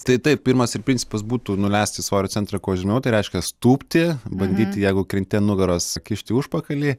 tai taip pirmas ir principas būtų nuleisti svorio centrą kuo žemiau tai reiškias tūpti bandyti jeigu krenti ant nugaros kišti užpakalį